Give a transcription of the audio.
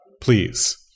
please